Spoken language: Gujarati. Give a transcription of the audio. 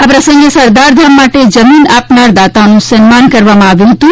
આ પ્રસંગે સરદારધામ માટે જમીન આપનાર દાતાઓનું સન્માન કરવામાં આવ્યું હતું